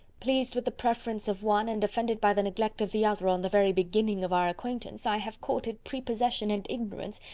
pleased with the preference of one, and offended by the neglect of the other, on the very beginning of our acquaintance, i have courted prepossession and ignorance,